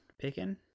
picking